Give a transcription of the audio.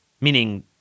meaning